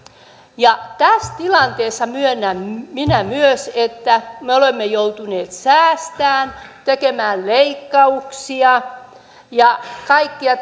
tässä tilanteessa myönnän minä myös että me olemme joutuneet säästämään tekemään leikkauksia ja kaikkia